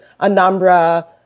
Anambra